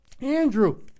Andrew